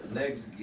next